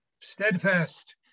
steadfast